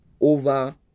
over